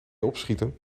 opschieten